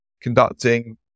conducting